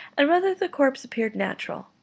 and whether the corpse appeared natural.